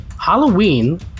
Halloween